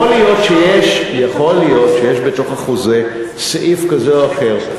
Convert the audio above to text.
יכול להיות שיש בתוך החוזה סעיף כזה או אחר.